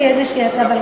תכף יש לי איזו הצעה.